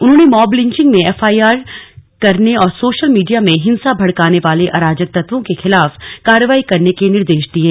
उन्होंने mob lynching में FIR करने और सोशल मीडिया में हिंसा भड़काने वाले अराजक तत्वों के खिलाफ कार्रवाई करने के निर्देश दिये